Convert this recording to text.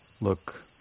look